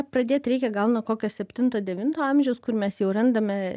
pradėt reikia gal nuo kokio septinto devinto amžiaus kur mes jau randame